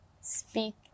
speak